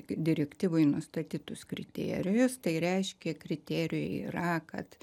direktyvoj nustatytus kriterijus tai reiškia kriterijui yra kad